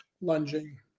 lunging